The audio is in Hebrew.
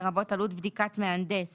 לרבות עלות בדיקת מהנדס